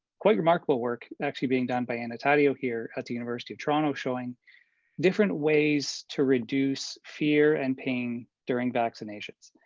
quite remarkable work actually being done by anna tato here at the university of toronto, showing different ways to reduce fear and pain during vaccinations.